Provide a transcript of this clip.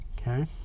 okay